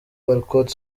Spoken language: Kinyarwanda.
walcott